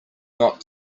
not